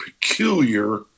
peculiar